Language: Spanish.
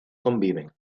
conviven